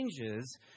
changes